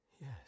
Yes